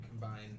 combine